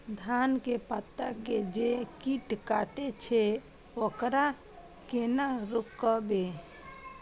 धान के पत्ता के जे कीट कटे छे वकरा केना रोकबे?